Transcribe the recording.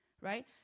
right